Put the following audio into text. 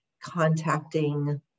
contacting